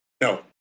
No